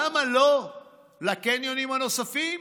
למה לא לקניונים הנוספים: